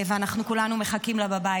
אנחנו כולנו מחכים לה בבית,